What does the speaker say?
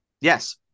Yes